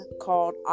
called